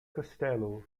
costello